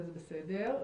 וזה בסדר,